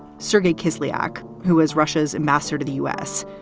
sergei kislyak, who is russia's ambassador to the u s,